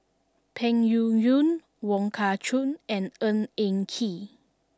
Peng Yuyun Wong Kah Chun and Ng Eng Kee